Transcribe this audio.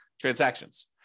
transactions